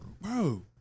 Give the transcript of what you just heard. bro